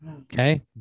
Okay